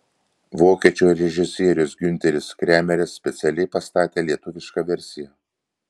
vokiečių režisierius giunteris kremeris specialiai pastatė lietuvišką versiją